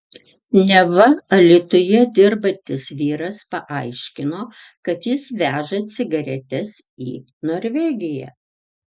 neva alytuje dirbantis vyras paaiškino kad jis veža cigaretes į norvegiją